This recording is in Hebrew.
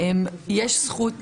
יש זכות